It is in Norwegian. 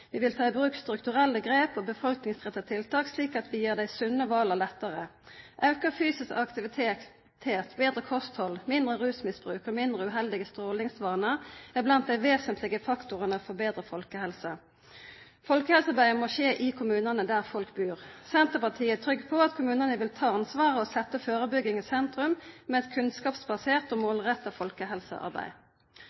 Vi vil ta i bruk strukturelle grep og befolkningsretta tiltak, slik at vi gjer dei sunne vala lettare. Auka fysisk aktivitet, betre kosthald, mindre rusmiddelmisbruk og mindre uheldige strålingsvanar er blant dei vesentlege faktorane for å betra folkehelsa. Folkehelsearbeidet må skje i kommunane, der folk bur. Senterpartiet er trygg på at kommunane vil ta ansvar og setja førebygging i sentrum, med eit kunnskapsbasert og